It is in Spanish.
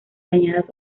dañadas